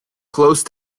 close